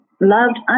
loved